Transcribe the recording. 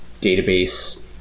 database